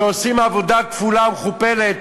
שעושים עבודה כפולה ומכופלת